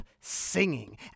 Singing